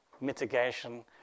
mitigation